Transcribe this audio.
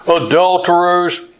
adulterers